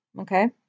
Okay